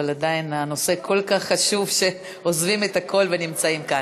אבל עדיין הנושא כל כך חשוב שעוזבים הכול ונמצאים כאן.